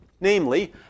Namely